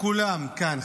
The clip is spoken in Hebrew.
וכולם כאן,